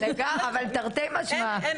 אבל תרתי משמע.